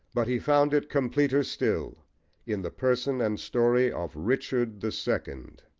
but he found it completer still in the person and story of richard the second,